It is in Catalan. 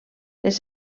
les